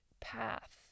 path